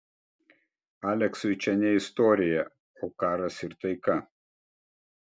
aleksui čia ne istorija o karas ir taika